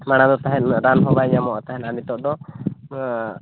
ᱢᱟᱲᱟᱝ ᱫᱚ ᱛᱟᱦᱮᱱ ᱩᱱᱟᱹᱜ ᱨᱟᱱ ᱦᱚᱸ ᱵᱟᱭ ᱧᱟᱢᱚᱜ ᱛᱟᱦᱮᱱ ᱟᱨ ᱱᱤᱛᱚᱜ ᱫᱚ